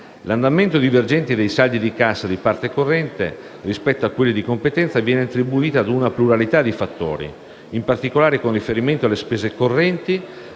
L'andamento divergente dei saldi di cassa di parte corrente rispetto a quelli di competenza viene attribuito a una pluralità di fattori. In particolare, con riferimento alle spese correnti,